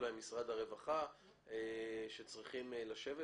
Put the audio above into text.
אולי משרד הרווחה שצריכים לשבת,